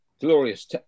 glorious